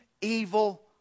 evil